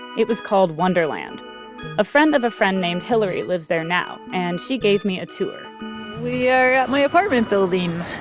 it was called wonderland a friend of a friend named hilary lives there now and she gave me a tour we are at my apartment building.